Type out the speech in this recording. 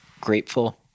grateful